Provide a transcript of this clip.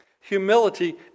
humility